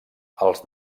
els